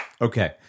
okay